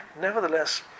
Nevertheless